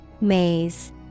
Maze